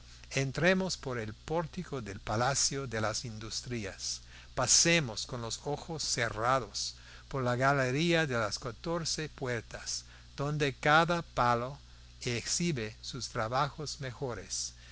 entremos por el pórtico del palacio de las industrias pasemos con los ojos cerrados por la galería de las catorce puertas donde cada palo exhibe sus trabajos mejores